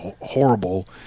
horrible